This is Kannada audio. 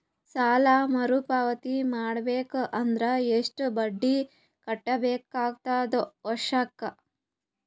ಸಾಲಾ ಮರು ಪಾವತಿ ಮಾಡಬೇಕು ಅಂದ್ರ ಎಷ್ಟ ಬಡ್ಡಿ ಕಟ್ಟಬೇಕಾಗತದ ವರ್ಷಕ್ಕ?